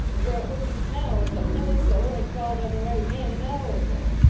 and where it would be now if the fool-killer had called on the right man an hour ago.